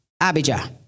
Abijah